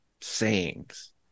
sayings